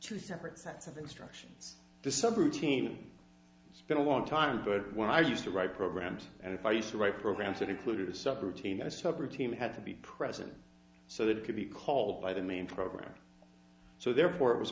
to separate sets of instructions to some it's been a long time but when i used to write programs and if i used to write programs that included a sub routine a sub routine had to be present so that it could be called by the main program so therefore it was